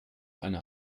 einer